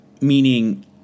Meaning